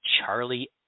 Charlie